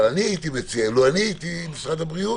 אני הייתי מציע, לו אני הייתי משרד הבריאות